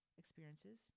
experiences